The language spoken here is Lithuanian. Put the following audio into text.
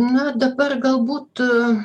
na dabar galbūt